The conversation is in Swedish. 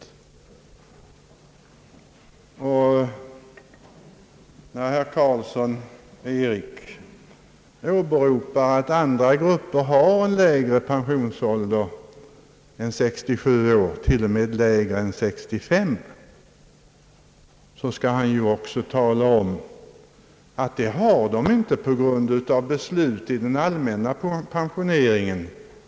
När herr Eric Carlsson åberopar att andra grupper har en lägre pensionsålder än 67 år, t.o.m. lägre än 65 år, skall han ju också tala om att de inte har denna lägre pensionsålder på grund av beslut som gäller den allmänna pensioneringen.